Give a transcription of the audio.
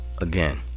again